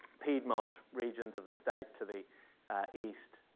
piedmont regions of the state to the east,